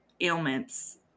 ailments